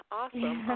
awesome